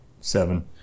Seven